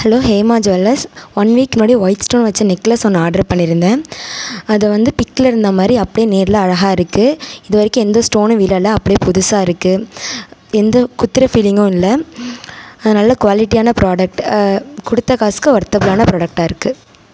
hello Hema jewellers one week முன்னாடி white stone வச்ச necklace ஒன்று ஆடர் பண்ணியிருந்தேன் அதை வந்து பிக்கில் இருந்த மாதிரி அப்படியே நேரில் அழகாக இருக்குது இதுவரைக்கும் எந்த ஸ்டோனும் விழல அப்படியே புதுசாக இருக்குது எந்த குத்துகிற ஃபீலிங்கும் இல்லை அது நல்ல குவாலிட்டியான ப்ராடக்ட் கொடுத்த காசுக்கு ஒர்த்தபுளான ப்ராடக்டாக இருக்குது